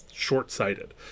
short-sighted